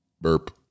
Burp